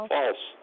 False